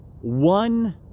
one